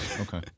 okay